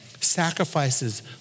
sacrifices